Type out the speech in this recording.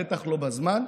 בטח לא בזמן.